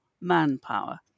manpower